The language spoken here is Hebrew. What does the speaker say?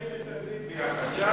מסתדרים ביחד.